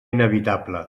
inevitable